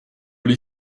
les